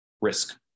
risk